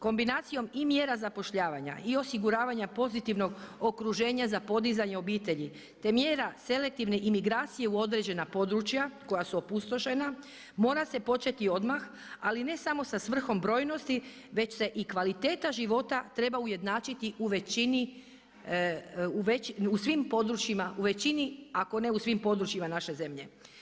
Kombinacijom i mjera zapošljavanja i osiguravanja pozitivnog okruženje za podizanje obitelji, te mjera selektivne imigracije u određena područja, koja su opustošena, mora se početi odmah, ali ne samo sa svrhom brojnosti, već se i kvaliteta života treba ujednačiti u većini, u svim područjima, u većini, ako ne u svim područjima naše zemlje.